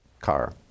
car